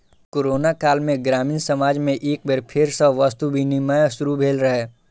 corona काल मे ग्रामीण समाज मे एक बेर फेर सं वस्तु विनिमय शुरू भेल रहै